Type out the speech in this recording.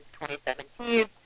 2017